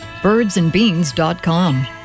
birdsandbeans.com